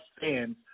fans